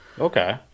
Okay